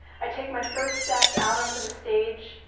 i take my first steps out onto the stage.